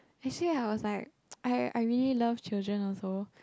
actually I was like I I really love children also